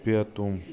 پیتُم